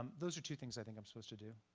um those are two things i think i'm supposed to do.